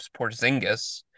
Porzingis